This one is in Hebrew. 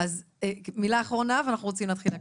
אז מילה אחרונה ואנחנו רוצים להתחיל להקריא.